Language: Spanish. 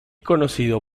conocido